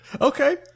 Okay